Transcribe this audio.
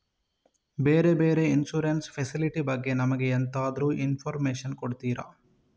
ಬೇರೆ ಬೇರೆ insurance facility ಬಗ್ಗೆ ನನಗೆ ಎಂತಾದ್ರೂ ಇನ್ಫೋರ್ಮೇಷನ್ ಕೊಡ್ತೀರಾ?